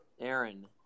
Aaron